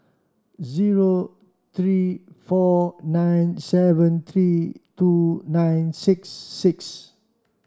zero three four nine seven three two nine six six